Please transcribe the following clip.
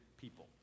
people